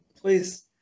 Please